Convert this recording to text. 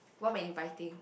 warm and inviting